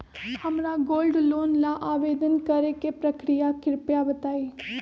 हमरा gold loan ला आवेदन करे के प्रक्रिया कृपया बताई